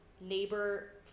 neighbor